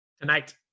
Tonight